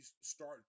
start